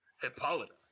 Hippolyta